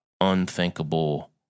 unthinkable